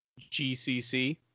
gcc